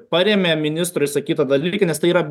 parėmė ministro išsakytą dalyką nes tai yra